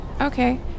Okay